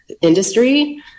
industry